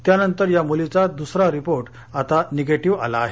त्यानंतर त्या मुलीचा दूसरा रिपोर्ट आता निगेटिव्ह आला आहे